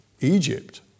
Egypt